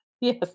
Yes